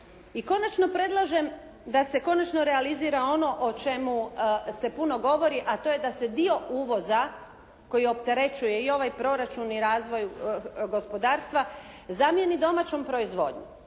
I konačno predlažem da se konačno realizira ono o čemu se puno govori, a to je da se dio uvoza koji opterećuje i ovaj proračun i razvoj gospodarstva, zamijeni domaćom proizvodnjom.